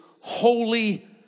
holy